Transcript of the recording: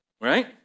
right